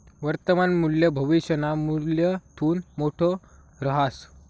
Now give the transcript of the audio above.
वर्तमान मूल्य भविष्यना मूल्यथून मोठं रहास